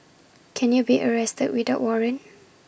can you be arrested without A warrant